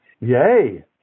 yay